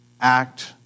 act